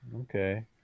okay